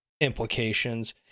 implications